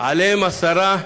עליה השרה,